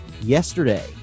Yesterday